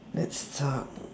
let's talk